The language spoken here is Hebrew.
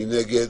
מי נגד?